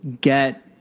get